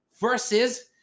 versus